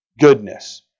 Goodness